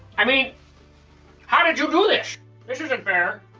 i mean how did you do this? this isn't fair.